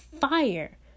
fire